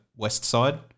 Westside